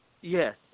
Yes